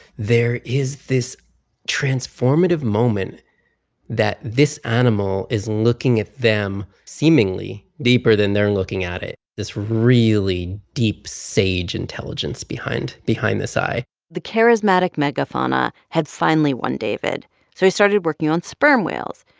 there is this transformative moment that this animal is looking at them seemingly deeper than they're looking at it this really deep, sage intelligence behind behind this eye the charismatic megafauna had finally won david, so he started working on sperm whales.